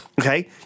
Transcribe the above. Okay